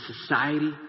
society